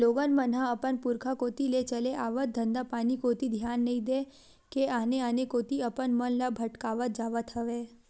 लोगन मन ह अपन पुरुखा कोती ले चले आवत धंधापानी कोती धियान नइ देय के आने आने कोती अपन मन ल भटकावत जावत हवय